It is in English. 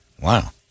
Wow